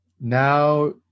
Now